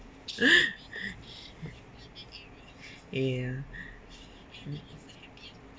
ya